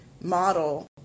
model